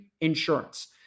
insurance